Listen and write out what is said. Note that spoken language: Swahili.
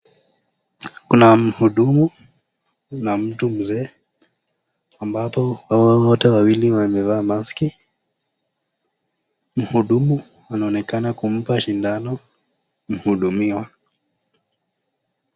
Kuna mhudumu, kuna mtu mzee ambapo wote wawili wamevaa maski, mhudumu anaonekana kumpa shindano , mhudumiwa.